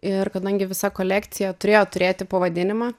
ir kadangi visa kolekcija turėjo turėti pavadinimą